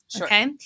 Okay